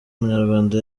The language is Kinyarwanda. umunyarwanda